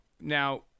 now